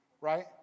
right